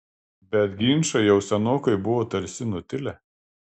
bet ginčai jau senokai buvo tarsi nutilę